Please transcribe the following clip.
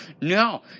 No